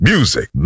Music